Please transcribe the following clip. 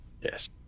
Yes